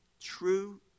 true